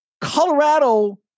Colorado